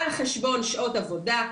על חשבון שעות עבודה,